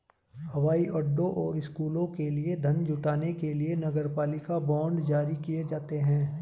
हवाई अड्डों और स्कूलों के लिए धन जुटाने के लिए नगरपालिका बांड जारी किए जाते हैं